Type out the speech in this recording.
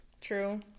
true